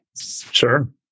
Sure